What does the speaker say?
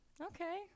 okay